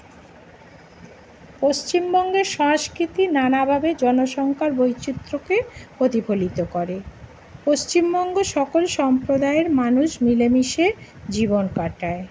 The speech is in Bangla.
পশ্চিমবঙ্গের সংস্কৃতি নানাভাবে জনসংখ্যার বৈচিত্র্যকে প্রতিফলিত করে পশ্চিমবঙ্গ সকল সম্প্রদায়ের মানুষ মিলেমিশে জীবন কাটায়